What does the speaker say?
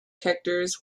characters